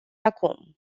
acum